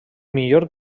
millor